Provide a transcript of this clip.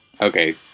Okay